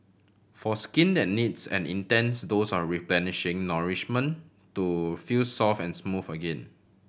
for skin that needs an intense dose are replenishing nourishment to feel soft and smooth again